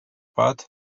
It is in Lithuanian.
pat